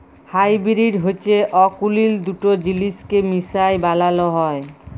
hybrid হছে অকুলীল দুট জিলিসকে মিশায় বালাল হ্যয়